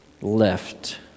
left